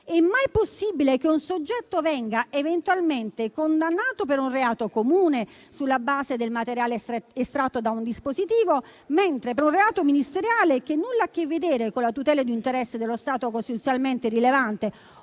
È mai possibile che un soggetto venga eventualmente condannato per un reato comune sulla base del materiale estratto da un dispositivo, mentre - per un reato ministeriale che nulla ha a che vedere con la tutela di un interesse dello Stato costituzionalmente rilevante,